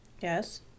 Yes